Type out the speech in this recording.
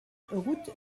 route